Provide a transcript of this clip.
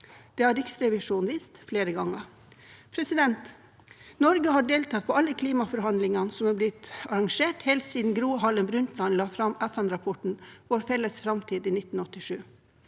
Det har Riksrevisjonen vist flere ganger. Norge har deltatt på alle klimaforhandlingene som er blitt arrangert, helt siden Gro Harlem Brundtland la fram FN-rapporten «Vår felles framtid» i 1987.